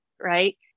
right